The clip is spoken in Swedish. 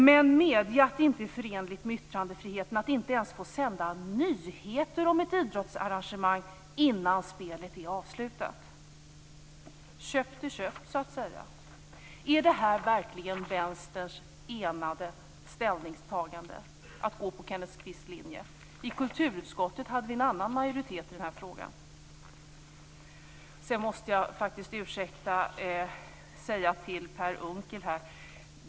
Men medge att det inte är förenligt med yttrandefriheten att man inte ens får sända nyheter om ett idrottsarrangemang innan spelet är avslutat! Köpt är köpt så att säga. Är det verkligen Vänsterns enade ställningstagande att gå på Kenneth Kvists linje? I kulturutskottet hade vi en annan majoritet i den här frågan. Jag måste faktiskt också säga en sak till Per Unckel.